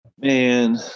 Man